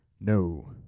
No